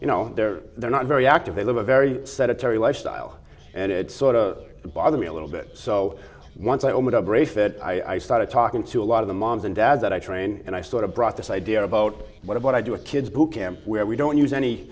you know they're they're not very active they live a very sedentary lifestyle and it sort of bothered me a little bit so once they all made a brief that i started talking to a lot of the moms and dads that i train and i sort of brought this idea about what about i do a kids book camp where we don't use any